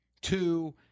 two